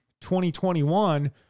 2021